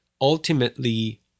Ultimately